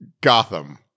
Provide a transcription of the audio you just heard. gotham